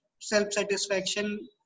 self-satisfaction